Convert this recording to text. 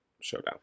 showdown